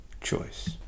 choice